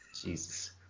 Jesus